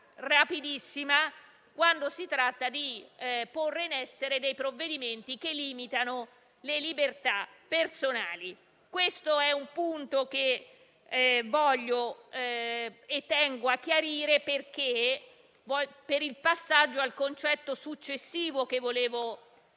rapidissima quando si tratta di porre in essere provvedimenti che limitano le libertà personali. Questo è un punto che ci tengo a chiarire per il passaggio al concetto successivo che volevo